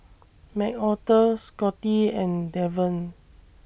Macarthur Scotty and Deven